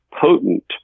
potent